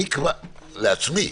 אני אקבע לעצמי,